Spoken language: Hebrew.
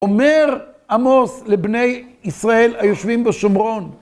אומר עמוס לבני ישראל היושבים בשומרון,